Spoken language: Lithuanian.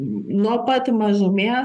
nuo pat mažumės